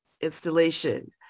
installation